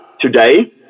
today